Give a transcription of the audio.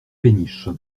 péniches